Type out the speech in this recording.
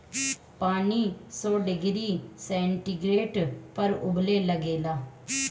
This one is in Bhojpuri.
पानी सौ डिग्री सेंटीग्रेड पर उबले लागेला